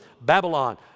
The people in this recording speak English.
Babylon